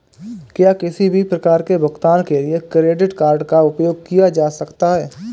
क्या किसी भी प्रकार के भुगतान के लिए क्रेडिट कार्ड का उपयोग किया जा सकता है?